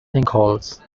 sinkholes